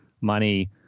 money